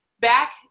back